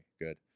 good